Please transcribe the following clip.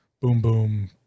boom-boom